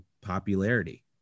popularity